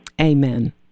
Amen